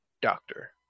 Doctor